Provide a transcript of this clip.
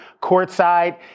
courtside